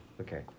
okay